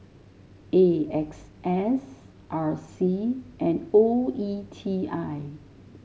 A X S R C and O E T I